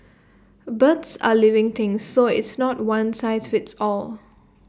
birds are living things so it's not one size fits all